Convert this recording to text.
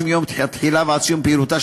תיכנס פעם ותראה.